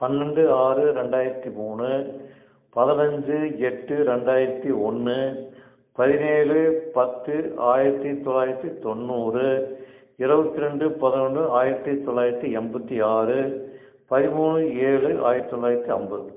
பன்னண்டு ஆறு ரெண்டாயிரத்தி மூணு பதினஞ்சு எட்டு ரெண்டாயிரத்தி ஒன்னு பதினேழு பத்து ஆயிரத்தி தொள்ளாயிரத்தி தொண்ணூறு இருபத்தி ரெண்டு பதினொன்னு ஆயிரத்தி தொள்ளாயிரத்தி எண்பத்தி ஆறு பதிமூணு ஏழு ஆயிரத்தி தொள்ளாயிரத்தி ஐம்பது